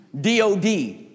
DOD